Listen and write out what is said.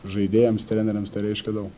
žaidėjams treneriams tai reiškia daug